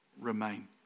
remain